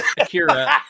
Akira